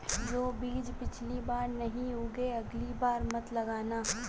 जो बीज पिछली बार नहीं उगे, अगली बार मत लाना